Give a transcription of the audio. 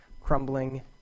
crumbling